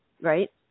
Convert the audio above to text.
Right